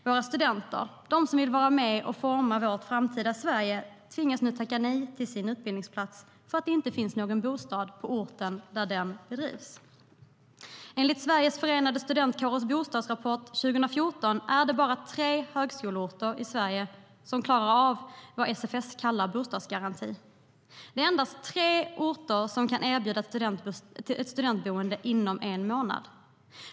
Våra studenter, de som vill vara med och forma vårt framtida Sverige, tvingas tacka nej till sin utbildningsplats för att det inte finns någon bostad på orten där utbildningen bedrivs. Enligt Sveriges förenade studentkårers bostadsrapport 2014 är det bara tre högskoleorter i Sverige som klarar av att uppfylla det som SFS kallar bostadsgaranti. Endast tre orter kan erbjuda ett studentboende inom en månad.